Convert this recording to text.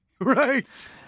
right